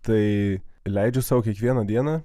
tai leidžiu sau kiekvieną dieną